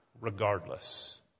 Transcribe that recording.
regardless